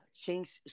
change